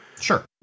Sure